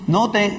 Note